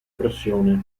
pressione